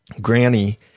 Granny